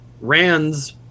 Rand's